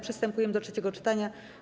Przystępujemy do trzeciego czytania.